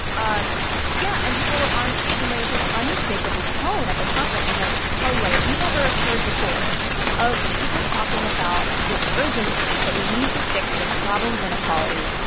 um yeah. and people were on stage, and there was this unmistakable tone at the conference which, i tell you, i have never heard before of people talking about this urgency, that we need to fix this problem of inequality,